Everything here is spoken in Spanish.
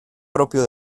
propio